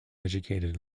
educated